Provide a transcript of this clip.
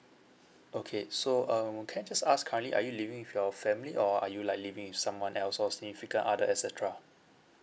okay so um can I just ask currently are you living with your family or are you like living with someone else or significant other et cetera